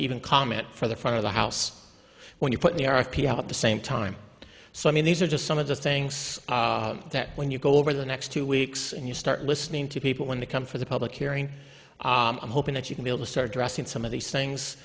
even comment for the front of the house when you put the r f p out the same time so i mean these are just some of the things that when you go over the next two weeks and you start listening to people when they come for the public hearing i'm hoping that you can be able to start dressing some of these things